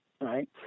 right